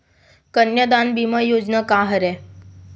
कन्यादान बीमा योजना का हरय?